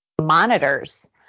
monitors